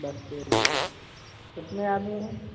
दस के जी कितने आदमी हैं